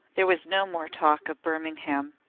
there was no more talk of birmingham.